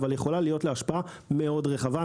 אבל יכולה להיות לה השפעה מאוד רחבה.